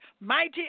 Mighty